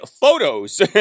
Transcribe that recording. photos